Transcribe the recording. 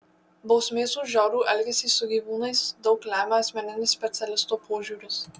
bausmės už žiaurų elgesį su gyvūnais daug lemia asmeninis specialisto požiūris